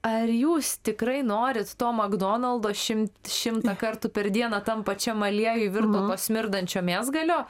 ar jūs tikrai norit to makdonaldo šimt šimtą kartų per dieną tam pačiam aliejui virto to smirdančio mėsgalio